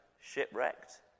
shipwrecked